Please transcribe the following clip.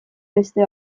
beste